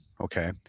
Okay